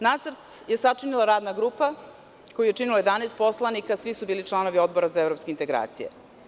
Nacrt je sačinila Radna grupa koju je činilo 11 poslanika, svi su bili članovi Odbora za evropske integracije.